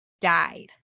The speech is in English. died